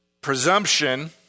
Presumption